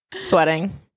sweating